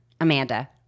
Amanda